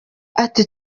ati